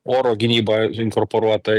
oro gynyba inkorporuota